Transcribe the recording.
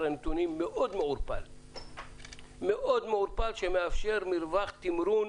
הנתונים מאוד מאוד מעורפל ומאפשר מרווח תמרון